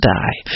die